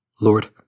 Lord